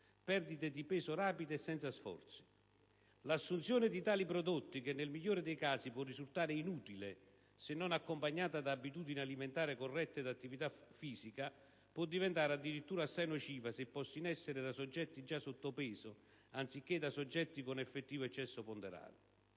perdite di peso rapide e senza sforzo. L'assunzione di tali prodotti - che, nel migliore dei casi, può risultare inutile, se non accompagnata da abitudini alimentari corrette e da attività fisica - può diventare addirittura assai nociva, se posta in essere da soggetti già sottopeso, anziché con un effettivo eccesso ponderale.